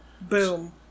Boom